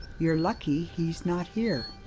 you're lucky he's not here.